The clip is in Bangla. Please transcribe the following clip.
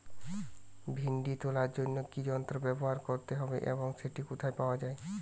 ভিন্ডি তোলার জন্য কি যন্ত্র ব্যবহার করতে হবে এবং সেটি কোথায় পাওয়া যায়?